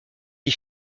qui